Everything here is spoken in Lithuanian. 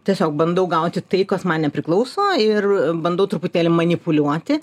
tiesiog bandau gauti tai kas man nepriklauso ir bandau truputėlį manipuliuoti